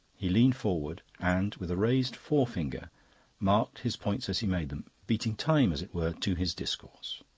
he leaned forward, and with a raised forefinger marked his points as he made them, beating time, as it were, to his discourse.